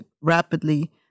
rapidly